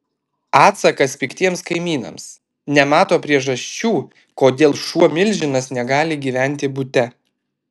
atsakas piktiems kaimynams nemato priežasčių kodėl šuo milžinas negali gyventi bute